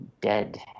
dead